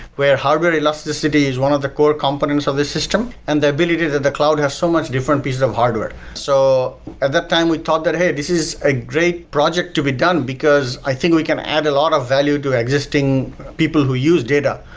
where hardware elasticity is one of the core competence of this system and the ability that the cloud has so much different pieces of um hardware. so at that time we talked that, hey, this this is a great project to be done, because i think we can add a lot of value to existing people who use data,